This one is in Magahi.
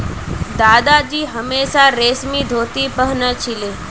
दादाजी हमेशा रेशमी धोती पह न छिले